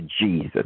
Jesus